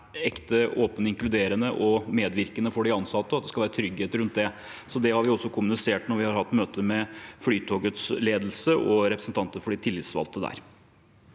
ekte, åpen, inkluderende og medvirkende for de ansatte, at det skal være trygghet rundt det. Det har vi også kommunisert når vi har hatt møte med Flytogets ledelse og representanter for de tillitsvalgte der.